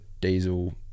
diesel